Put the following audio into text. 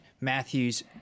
Matthews